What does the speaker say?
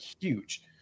huge